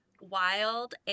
wild